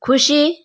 खुसी